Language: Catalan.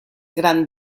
gran